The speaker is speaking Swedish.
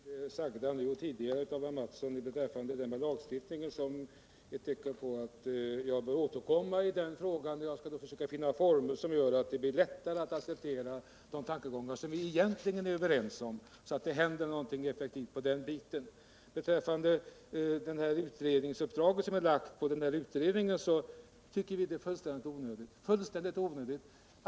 Herr talman! Vad Kjell Mattsson nu säger och vad han har sagt tidigare beträffande lagstiftningen tar jag som ett tecken på att jag bör återkomma i den frågan. Jag skall då försöka finna former som gör att det blir lättare att acceptera de tankegångar som vi egentligen är överens om, så att det händer någonting effektivt i det stycket. Det utredningsuppdrag som har givits tycker vi är fullständigt onödigt.